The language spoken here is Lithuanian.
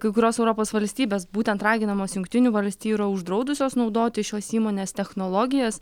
kai kurios europos valstybės būtent raginamos jungtinių valstijų yra uždraudusios naudoti šios įmonės technologijas